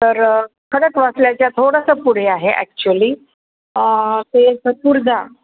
तर खडकवासल्याच्या थोडंसं पुढे आहे ॲक्च्युअली ते झपुर्झा